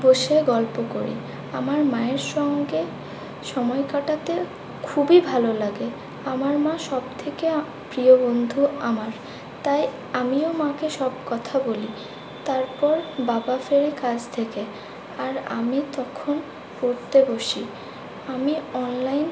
বসে গল্প করি আমার মায়ের সঙ্গে সময় কাটাতে খুবই ভালো লাগে আমার মা সবথেকে প্রিয় বন্ধু আমার তাই আমিও মাকে সব কথা বলি তারপর বাবা ফেরে কাজ থেকে আর আমি তখন পড়তে বসি আমি অনলাইন